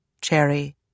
cherry